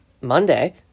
Monday